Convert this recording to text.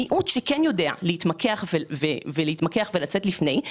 המיעוט שכן יודע להתמקח ולצאת לפני,